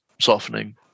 softening